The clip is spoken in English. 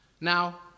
Now